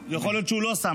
ויכול להיות שהוא לא שם,